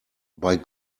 bei